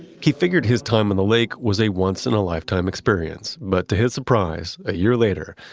he figured his time in the lake was a once in a lifetime experience, but to his surprise, a year later,